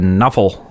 Knuffle